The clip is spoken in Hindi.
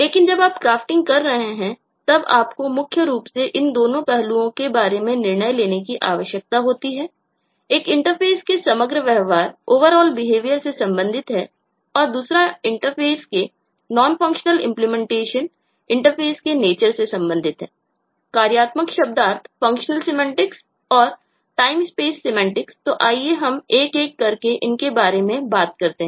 लेकिन जब आप क्राफ्टिंग कर रहे हैं तब आपको मुख्य रूप से इन दोनों पहलुओं के बारे में निर्णय लेने की आवश्यकता होती है एक इंटरफ़ेस के समग्र व्यवहारओवरऑल बिहेवियर तो आइए हम एक एक करके इनके बारे में बात करते हैं